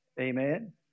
Amen